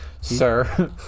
sir